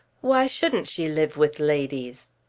why shouldn't she live with ladies?